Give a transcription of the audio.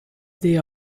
they